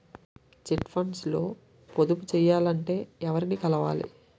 Chit funds లో పొదుపు చేయాలంటే ఎవరిని కలవాలి?